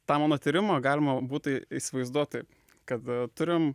tą mano tyrimą galima būtų įsivaizduot taip kad turim